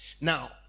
now